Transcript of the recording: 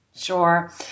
Sure